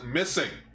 missing